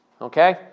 okay